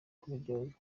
kubiryozwa